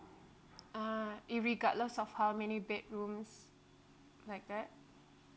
ah irregardless of how many bedrooms like that